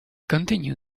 continue